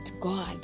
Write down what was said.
God